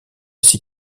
ainsi